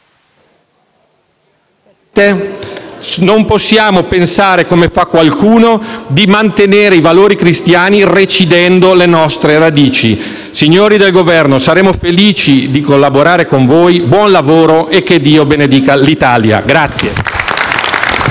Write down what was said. Non possiamo pensare, come fa qualcuno, di mantenere i valori cristiani recidendo le nostre radici. Signori del Governo, saremo felici di collaborare con voi. Buon lavoro e che Dio benedica l'Italia.